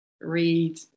read